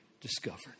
discovered